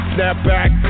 Snapback